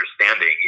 understanding